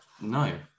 No